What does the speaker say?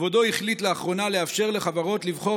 כבודו החליט לאחרונה לאפשר לחברות לבחור